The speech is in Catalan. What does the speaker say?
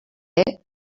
febrer